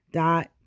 dot